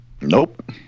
Nope